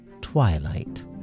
twilight